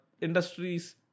industries